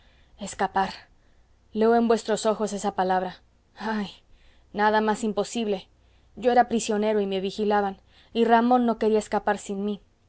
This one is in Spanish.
escapar leo en vuestros ojos esta palabra ay nada más imposible yo era prisionero y me vigilaban y ramón no quería escapar sin mí